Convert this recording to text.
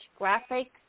graphics